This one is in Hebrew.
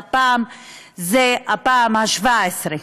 והפעם זו הפעם ה-17.